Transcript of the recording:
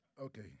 Okay